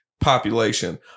population